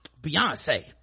beyonce